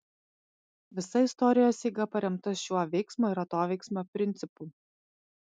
visa istorijos eiga paremta šiuo veiksmo ir atoveiksmio principu